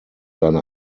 seine